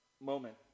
moment